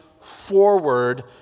forward